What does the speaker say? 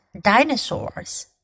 Dinosaurs